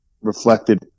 reflected